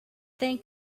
think